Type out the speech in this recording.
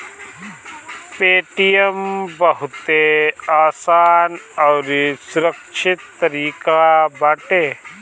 Paytm बहुते आसान अउरी सुरक्षित तरीका बाटे